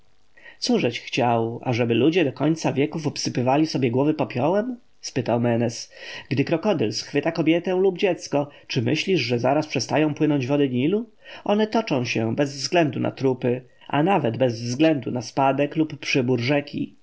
cóżeś chciał ażeby ludzie do końca wieków obsypywali sobie głowy popiołem spytał menes gdy krokodyl schwyta kobietę lub dziecko czy myślisz że zaraz przestają płynąć wody nilu one toczą się bez względu na trupy a nawet bez względu na spadek lub przybór rzeki